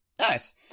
Nice